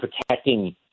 protecting